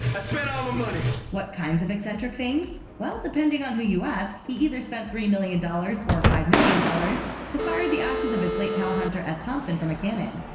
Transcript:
i spent all my money. what kinds of exxentric things? well, depending on who you ask, he either spent three million dollars or five million dollars to fire the ashes of his late pal hunter s. thompson from a cannon.